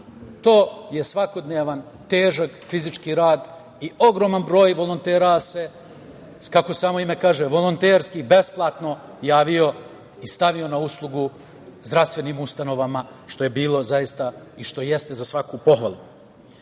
to je svakodnevan, težak fizički rad i ogroman broj volontera se, kako samo ime kaže, volonterski, besplatno javio i stavio na uslugu zdravstvenim ustanovama što je bilo zaista i što jeste za svaku pohvalu. Naravno,